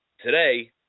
today